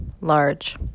large